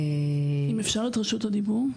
האם אפשר את רשות הדיבור?